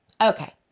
Okay